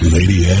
Lady